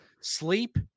Sleep